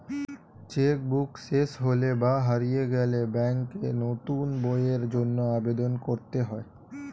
check book শেষ হলে বা হারিয়ে গেলে ব্যাঙ্কে নতুন বইয়ের জন্য আবেদন করতে হয়